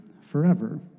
forever